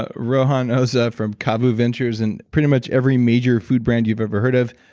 ah rohan oza from cabu ventures and pretty much every major food brand you've ever heard of,